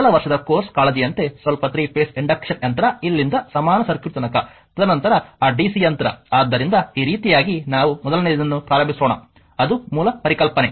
ಮೊದಲ ವರ್ಷದ ಕೋರ್ಸ್ ಕಾಳಜಿಯಂತೆ ಸ್ವಲ್ಪ ಥ್ರೀ ಫೆಸ್ ಇಂಡಕ್ಷನ್ ಯಂತ್ರ ಇಲ್ಲಿಂದ ಸಮಾನ ಸರ್ಕ್ಯೂಟ್ ತನಕ ತದನಂತರ ಆ ಡಿಸಿ ಯಂತ್ರ ಆದ್ದರಿಂದ ಈ ರೀತಿಯಾಗಿ ನಾವು ಮೊದಲನೆಯದನ್ನು ಪ್ರಾರಂಭಿಸೋಣ ಅದು ಮೂಲ ಪರಿಕಲ್ಪನೆ